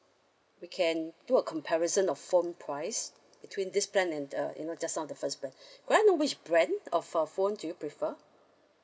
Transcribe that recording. we can do a comparison of phone price between this plan and uh you know just now the first plan may I know which brand of uh phone do you prefer